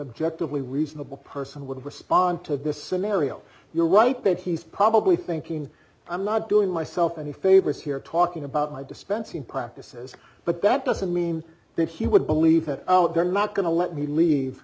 objective a reasonable person would respond to this scenario you're right that he's probably thinking i'm not doing myself any favors here talking about my dispensing practices but that doesn't mean that he would believe that they're not going to let me leave